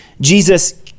Jesus